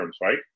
right